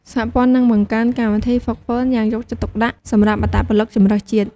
សហព័ន្ធនឹងបង្កើនកម្មវិធីហ្វឹកហ្វឺនយ៉ាងយកចិត្តទុកដាក់សម្រាប់អត្តពលិកជម្រើសជាតិ។